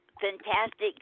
fantastic